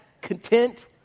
Content